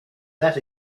that